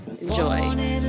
Enjoy